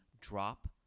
drop